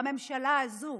בממשלה הזו,